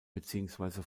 beziehungsweise